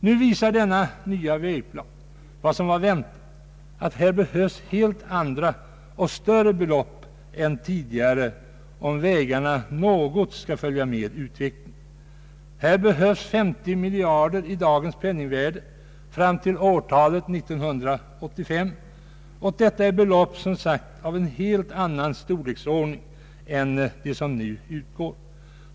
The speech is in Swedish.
Nu visar denna nya vägplan, såsom väntat var, att det behövs avsevärt större belopp än tidigare om vägbyggandet någorlunda skall kunna följa med utvecklingen. Här behövs 50 miljarder kronor i dagens värde fram till år 1985. Detta belopp är som sagt av en helt annan storleksordning än det som nu utgår.